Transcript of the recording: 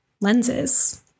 lenses